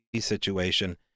situation